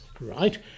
Right